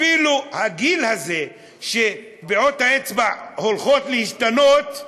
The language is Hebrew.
אפילו הגיל הזה שטביעות האצבע הולכות להשתנות,